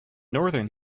northern